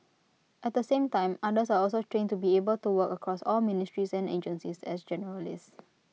at the same time others are also trained to be able to work across all ministries and agencies as generalists